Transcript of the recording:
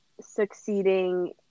succeeding